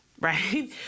right